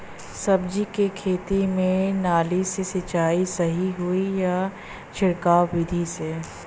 सब्जी के खेती में नाली से सिचाई सही होई या छिड़काव बिधि से?